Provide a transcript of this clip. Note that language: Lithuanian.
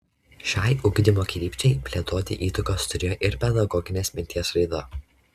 šiai ugdymo krypčiai plėtoti įtakos turėjo ir pedagoginės minties raida